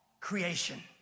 creation